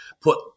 put